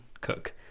cook